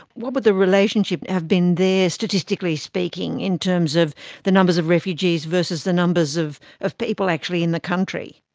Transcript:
what would the relationship have been there statistically speaking in terms of the numbers of refugees versus the numbers of of people actually in the country?